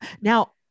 now